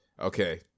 okay